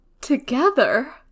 together